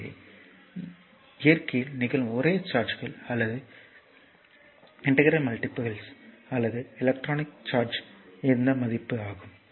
எனவே இயற்கையில் நிகழும் ஒரே சார்ஜ்கள் அல்லது இன்டெக்ரால் மல்டிப்பிள்ஸ் அல்லது எலக்ட்ரானிக் சார்ஜ் இந்த மதிப்பு ஆகும்